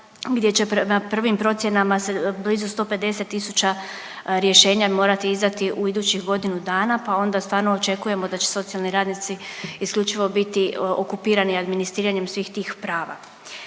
gdje će prema prvim procjenama se blizu 150 tisuća rješenja morati izdati u idućih godinu dana, pa onda stvarno očekujemo da će socijalni radnici isključivo biti okupirani administriranjem svih tih prava.